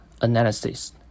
analysis